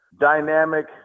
dynamic